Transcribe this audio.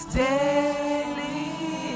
daily